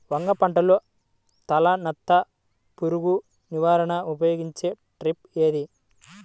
వంగ పంటలో తలనత్త పురుగు నివారణకు ఉపయోగించే ట్రాప్ ఏది?